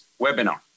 webinar